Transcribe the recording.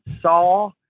saw